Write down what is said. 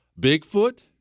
Bigfoot